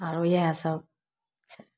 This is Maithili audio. आरो इएह सब छै